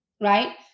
right